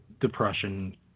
depression